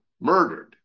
murdered